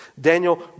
Daniel